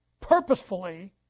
purposefully